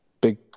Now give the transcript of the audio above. big